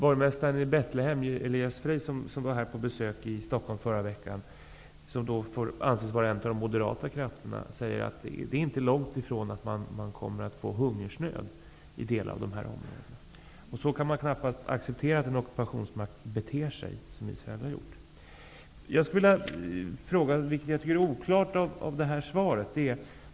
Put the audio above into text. Borgmästaren i Betlehem, Elias Freij, som var på besök i Stockholm förra veckan och som får anses vara en av de moderata krafterna, säger att det inte är långt ifrån att man kommer att drabbas av hungersnöd i delar av de här områdena. Man kan knappast acceptera att en ockupationsmakt, dvs. Israel, får bete sig så. Jag vill ställa en fråga angående en sak som är oklar i svaret.